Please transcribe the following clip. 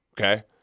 Okay